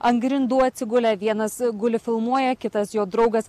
ant grindų atsigulę vienas guli filmuoja kitas jo draugas